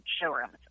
showrooms